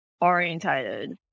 orientated